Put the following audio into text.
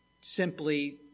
simply